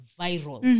viral